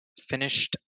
finished